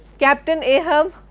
captain ahab,